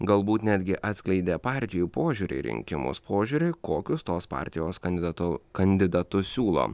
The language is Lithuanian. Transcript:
galbūt netgi atskleidė partijų požiūrį į rinkimus požiūrį kokius tos partijos kandidatu kandidatus siūlo